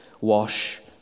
wash